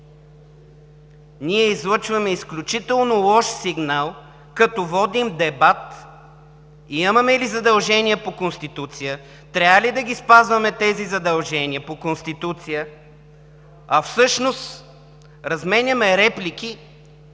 Ние излъчваме изключително лош сигнал, като водим дебат имаме ли задължения по Конституция, трябва ли да спазваме тези задължения по Конституция, а всъщност разменяме реплики,